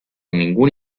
ningún